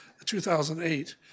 2008